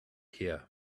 here